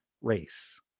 race